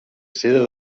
seda